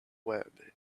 web